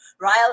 Ryle